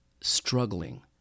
struggling